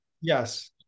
Yes